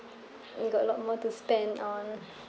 we got a lot more to spend on